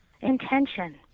intention